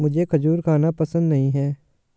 मुझें खजूर खाना पसंद नहीं है